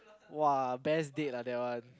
!wah! best date lah that one